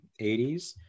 80s